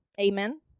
Amen